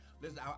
Listen